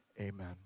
Amen